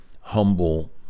humble